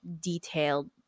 detailed